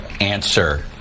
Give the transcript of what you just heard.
answer